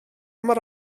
mor